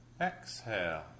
exhale